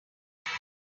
icyo